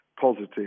positive